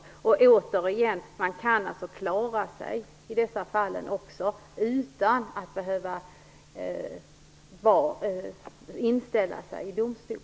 Jag vill återigen säga att man i dessa fall kan klara sig utan att behöva inställa sig i domstol.